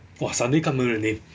!wah! suddenly can't remember the name